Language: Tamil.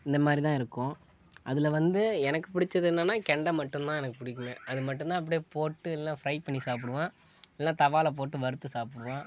இந்தமாதிரிதான் இருக்கும் அதில் வந்து எனக்கு பிடிச்சது என்னான்னால் கெண்டை மட்டுந்தான் எனக்கு பிடிக்குமே அதுமட்டுந்தான் அப்டி போட்டு எல்லாம் ஃபிரை பண்ணி சாப்பிடுவேன் இல்லைன்னா தவாவில் போட்டு வறுத்து சாப்பிடுவேன்